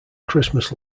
christmas